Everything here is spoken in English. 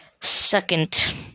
second